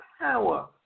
power